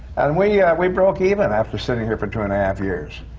and and we yeah we broke even, after sitting here for two and a half years.